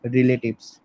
Relatives